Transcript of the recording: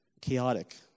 chaotic